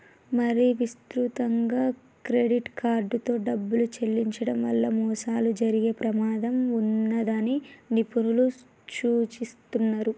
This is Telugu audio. మరీ విస్తృతంగా క్రెడిట్ కార్డుతో డబ్బులు చెల్లించడం వల్ల మోసాలు జరిగే ప్రమాదం ఉన్నదని నిపుణులు సూచిస్తున్నరు